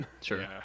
Sure